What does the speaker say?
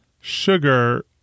sugar